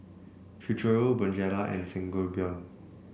Futuro Bonjela and Sangobion